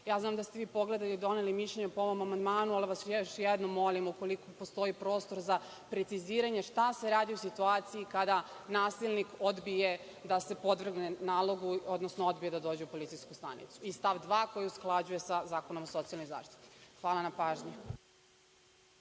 Ja znam da ste vi pogledali i doneli mišljenje o ovom amandmanu, pa vas još jednom molim, ukoliko postoji prostor za preciziranje šta se radi u situaciji kada nasilnik odbije da se podvrgne nalogu, odnosno odbije da dođe u policijsku stanicu. I stav 2. koji usklađuje sa Zakonom o socijalnoj zaštiti. Zahvaljujem.